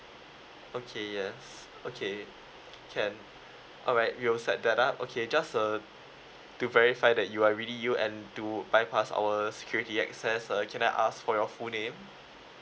okay yes okay can alright we will set that up okay just uh to verify that you are really you and to bypass our security access uh can I ask for your full name